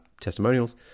testimonials